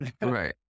Right